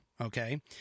okay